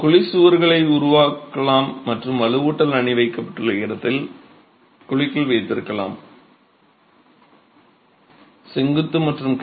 நீங்கள் குழி சுவர்களை உருவாக்கலாம் மற்றும் வலுவூட்டல் அணி வைக்கப்பட்டுள்ள இடத்தை குழிக்குள் வைத்திருக்கலாம்